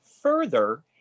further